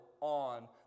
on